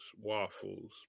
waffles